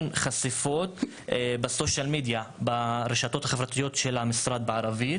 חשיפות ברשתות החברתיות של המשרד בערבית.